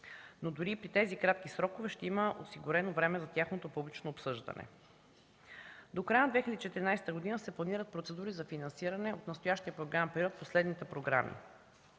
Но дори при тези кратки срокове ще има осигурено време за тяхното публично обсъждане. До края на 2014 г. се планират процедури за финансиране от настоящия програмен период по следните програми: